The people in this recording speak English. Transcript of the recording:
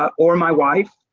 ah or my way.